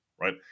right